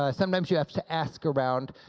ah sometimes you have to ask around,